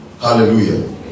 Hallelujah